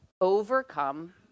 overcome